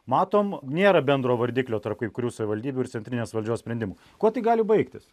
matom nėra bendro vardiklio tarp kai kurių savivaldybių ir centrinės valdžios sprendimų kuo tai gali baigtis